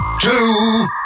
two